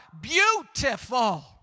beautiful